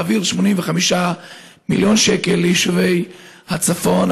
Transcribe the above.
להעביר 85 מיליון שקל ליישובי הצפון,